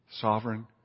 sovereign